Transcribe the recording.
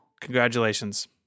Congratulations